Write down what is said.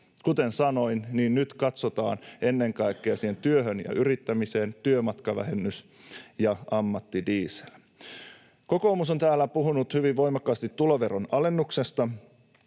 Kuten sanoin, nyt katsotaan ennen kaikkea siihen työhön ja yrittämiseen työmatkavähennys ja ammattidiesel. Kokoomus on täällä puhunut hyvin voimakkaasti tuloveron alennuksesta.